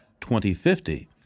2050